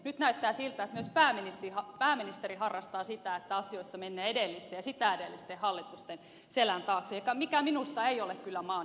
nyt näyttää siltä että myös pääministeri harrastaa sitä että asioissa mennään edellisten ja sitä edellisten hallitusten selän taakse mikä minusta ei ole kyllä maan johtamista